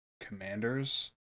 commanders